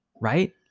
right